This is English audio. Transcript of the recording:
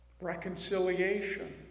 Reconciliation